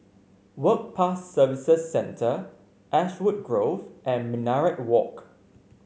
Work Pass Services Centre Ashwood Grove and Minaret Walk